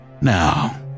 Now